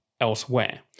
elsewhere